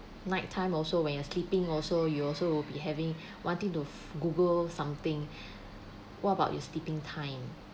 nighttime also when you're sleeping also you also would be having wanting to google something what about your sleeping time